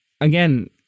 again